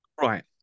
right